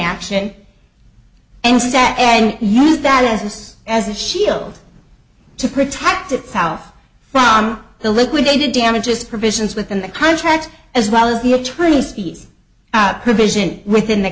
action and sat and use that as as a shield to protect itself from the liquidated damages provisions within the contract as well as the attorney's fees provision within the